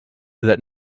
that